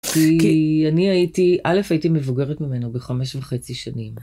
כי אני הייתי... אלף הייתי מבוגרת ממנו בחמש וחצי שנים.